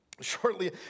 shortly